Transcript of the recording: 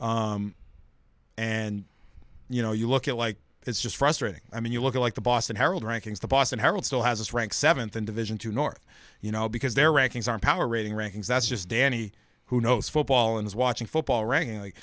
head and you know you look at like it's just frustrating i mean you look at like the boston herald rankings the boston herald still has rank seventh and division two north you know because their rankings are power rating rankings that's just danny who knows football and is watching football r